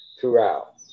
throughout